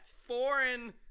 foreign